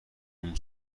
اون